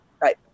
Right